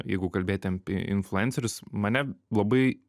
jeigu kalbėti apie influencerius mane labai